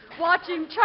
watching